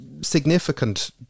significant